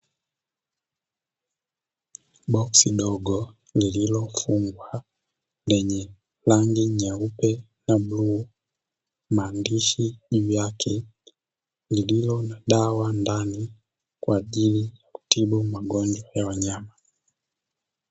Boksi dogo lililofungwa lenye rangi nyeupe na bluu, maandishi juu yake; iliyo na dawa ndani kwa ajili ya kutibu magonjwa ya wanyama.